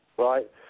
Right